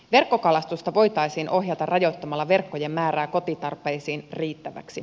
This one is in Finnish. verkkokalastusta voitaisiin ohjata rajoittamalla verkkojen määrää kotitarpeisiin riittäväksi